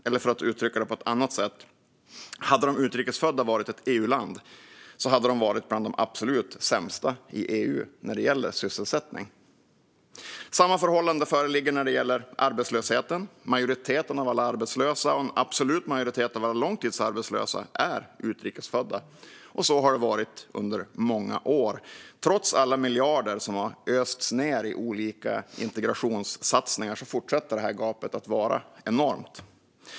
Eller för att uttrycka det på ett annat sätt: Hade de utrikesfödda varit ett EU-land hade de varit bland de absolut sämsta i EU när det gäller sysselsättning. Samma förhållande föreligger när det gäller arbetslösheten. Majoriteten av alla arbetslösa - och en absolut majoritet av alla långtidsarbetslösa - är utrikesfödda, och så har det varit i många år. Trots alla miljarder som har östs ned i olika integrationssatsningar fortsätter gapet att vara enormt.